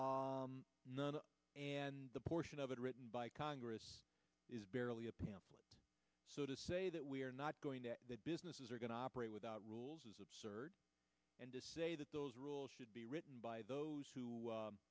e and the portion of it written by congress is barely a pale so to say that we are not going to that businesses are going to operate without rules is absurd and to say that those rules should be written by those